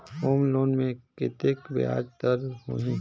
Home loan मे कतेक ब्याज दर होही?